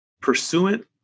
pursuant